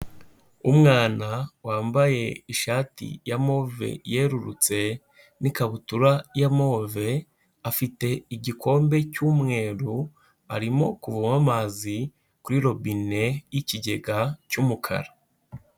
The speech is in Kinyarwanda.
Umwana wambaye ishati ya move yerurutse n'ikabutura ya move, afite igikombe cy'umweru, arimo kuvoma amazi kuri robine y'ikigega cy'umukara.